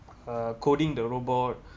uh coding the robot